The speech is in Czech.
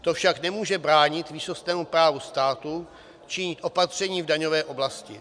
To však nemůže bránit výsostnému právu státu činit opatření v daňové oblasti.